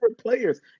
players